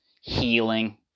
healing